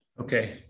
Okay